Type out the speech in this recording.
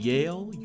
Yale